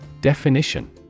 Definition